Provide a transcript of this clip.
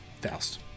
Faust